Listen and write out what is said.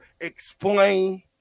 explain